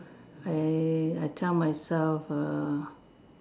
I I tell myself err